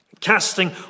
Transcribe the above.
Casting